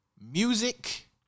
music